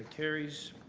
carries.